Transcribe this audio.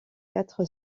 quatre